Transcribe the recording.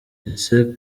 ese